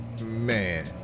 Man